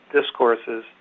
discourses